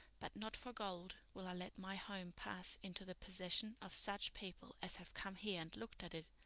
but not for gold will i let my home pass into the possession of such people as have come here and looked at it.